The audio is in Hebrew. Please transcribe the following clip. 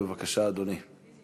בבקשה, אדוני.